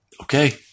Okay